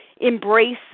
Embrace